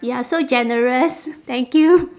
you are so generous thank you